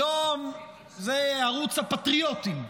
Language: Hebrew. היום הוא ערוץ הפטריוטים.